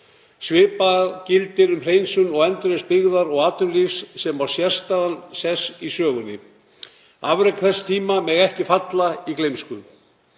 Svipað gildir um hreinsun og endurreisn byggðar og atvinnulífs sem á sérstæðan sess í sögunni. Afrek þessa tíma mega ekki falla í gleymsku.